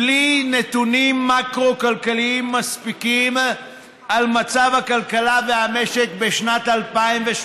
בלי נתונים מקרו-כלכליים מספיקים על מצב הכלכלה והמשק בשנת 2018,